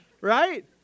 right